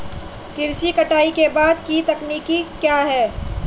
कृषि में कटाई के बाद की तकनीक क्या है?